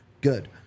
good